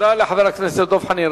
תודה לחבר הכנסת דב חנין.